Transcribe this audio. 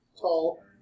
tall